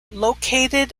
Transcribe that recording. located